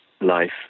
life